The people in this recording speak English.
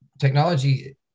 technology